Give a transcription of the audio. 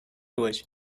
durch